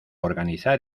organizar